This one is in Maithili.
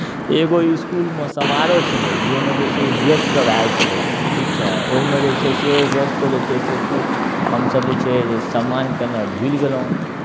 एगो इसकुलमे समारोह छलै जाहिमे ज छै गेस्टसभ आयल छलै ठीक छै ओहिमे जे छै से एगो गेस्टके जे छै से कु हमसभ जे छै सम्मान केनाइ भुलि गेलहुँ